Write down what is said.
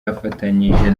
afatanyije